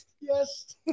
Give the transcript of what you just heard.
yes